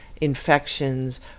infections